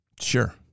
sure